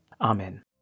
Amen